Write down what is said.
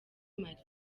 mali